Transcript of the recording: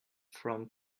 from